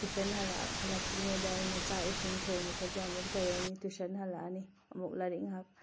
tuition ꯍꯜꯂꯛꯇ꯭ꯔꯤꯉꯩꯗ ꯑꯩꯅ ꯆꯥꯛ ꯏꯁꯤꯡ ꯊꯣꯡꯕ ꯈꯣꯠꯄ ꯑꯃꯨꯛ ꯇꯧꯔꯅꯤ ꯇꯨꯏꯁꯟ ꯍꯜꯂꯑꯅꯤ ꯑꯃꯨꯛ ꯂꯥꯏꯔꯤꯛ ꯉꯥꯏꯍꯥꯛ